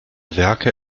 werke